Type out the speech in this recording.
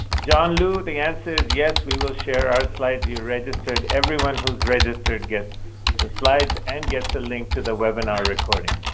john lu, the answer is yes, we will share our slides, if you registered everyone who's registered gets the slides and gets a link to the webinar recording.